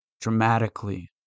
dramatically